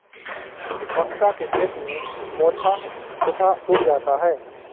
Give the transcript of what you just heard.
मक्का के खेत में मोथा स्वतः उग जाता है